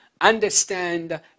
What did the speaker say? understand